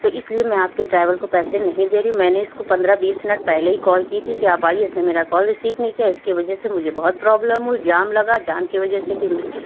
تو اس لیے میں آپ کے ڈرائیور کو پیسے نہیں دے رہی ہوں میں نے اس کو پندرہ بیس منٹ پہلے ہی کال کی تھی کہ آپ آئیے اس نے میرا کال ریسیو نہیں کیا اس کی وجہ سے مجھے بہت پروبلم ہوئی جام لگا جام کے وجہ سے پھر مجھے